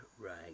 right